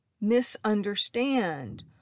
misunderstand